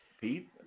Pete